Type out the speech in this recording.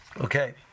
Okay